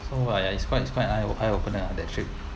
so ya ya it's quite it's quite eye eye opener ah that trip